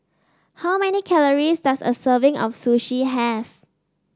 how many calories does a serving of Sushi have